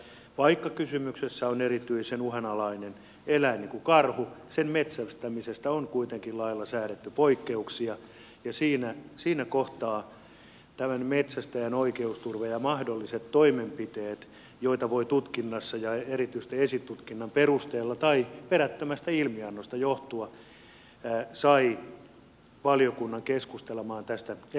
vaikka kysymyksessä on erityisen uhanalainen eläin niin kuin karhu on sen metsästämisestä on kuitenkin lailla säädetty poikkeuksia ja siinä kohtaa metsästäjän oikeusturva ja mahdolliset toimenpiteet joita voi tutkinnassa ja erityisesti esitutkinnan perusteella tai perättömästä ilmiannosta aiheutua saivat valiokunnan keskustelemaan tästä erittäin pitkään